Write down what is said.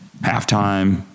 halftime